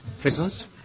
Prisons